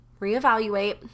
reevaluate